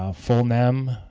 ah full nem,